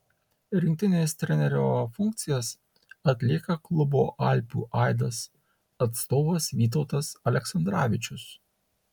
rinktinės trenerio funkcijas atlieka klubo alpių aidas atstovas vytautas aleksandravičius